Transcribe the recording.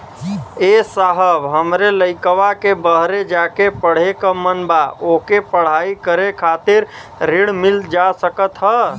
ए साहब हमरे लईकवा के बहरे जाके पढ़े क मन बा ओके पढ़ाई करे खातिर ऋण मिल जा सकत ह?